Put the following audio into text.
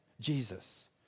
Jesus